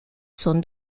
son